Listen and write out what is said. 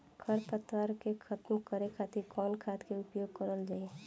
खर पतवार के खतम करे खातिर कवन खाद के उपयोग करल जाई?